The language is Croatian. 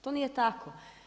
To nije tako.